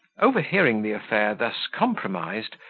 overhearing the affair thus compromised,